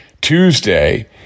tuesday